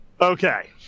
Okay